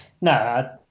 No